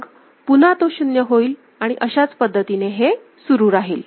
मग पुन्हा तो 0 होईल आणि अशाच पद्धतीने हे सुरू राहील